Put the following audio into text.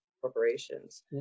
corporations